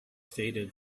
stated